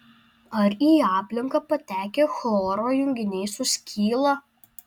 ar į aplinką patekę chloro junginiai suskyla